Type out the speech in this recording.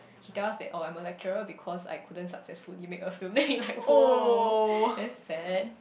he tells us that oh I'm a lecturer because I couldn't successfully make a film oh that's sad